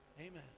Amen